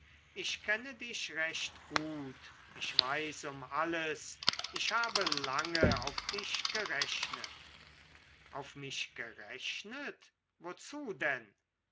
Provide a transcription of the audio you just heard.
ich kenne dich recht gut ich weiß um alles ich habe lange auf dich gerechnet auf mich gerechnet wozu denn